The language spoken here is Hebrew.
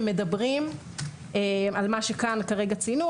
שמדברים על מה שציינו כאן כרגע,